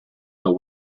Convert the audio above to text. their